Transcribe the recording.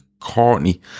Courtney